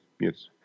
Yes